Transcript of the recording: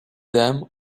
them